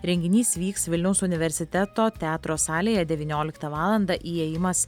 renginys vyks vilniaus universiteto teatro salėje devynioliktą valandą įėjimas